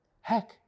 Heck